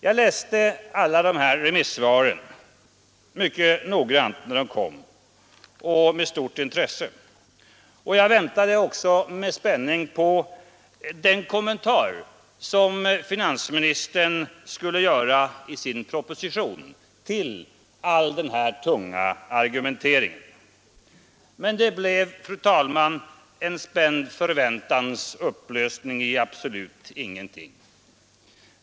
Jag läste alla de här remissvaren mycket noggrant och med stort intresse, och jag väntade också med spänning på den kommentar som finansministern skulle göra i sin proposition till denna tunga argumentering. Men det blev, fru talman, en spänd förväntans upplösning i absolut ingenting.